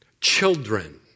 children